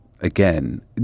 again